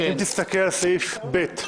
אם תסתכל על סעיף ב',